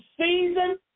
season